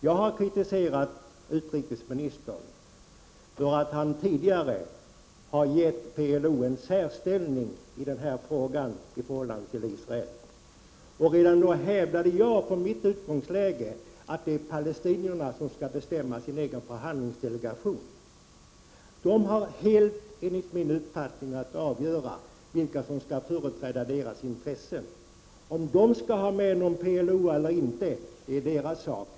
Jag har kritiserat utrikesministern för att han tidigare har givit PLO en särställning i den här frågan i förhållande till Israel. Redan då hävdade jag från mitt utgångsläge att det är palestinierna som skall bestämma sammansättningen av sin egen förhandlingsdelegation. De har enligt min uppfattning helt på egen hand att avgöra vilka som skall företräda deras intressen. Om de skall ha med någon PLO-are eller inte är deras sak.